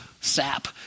sap